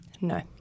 No